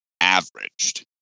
averaged